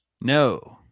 No